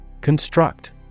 Construct